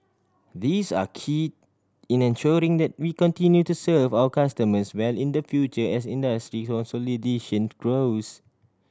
these are key in ensuring that we continue to serve our customers well in the future as industry consolidation grows